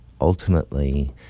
ultimately